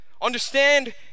Understand